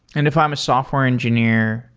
and if i'm a software engineer,